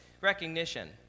recognition